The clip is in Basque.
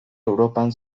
europan